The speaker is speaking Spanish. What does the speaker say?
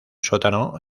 sótano